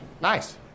Nice